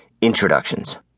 Introductions